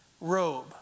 robe